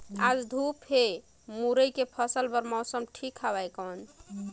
आज धूप हे मुरई के फसल बार मौसम ठीक हवय कौन?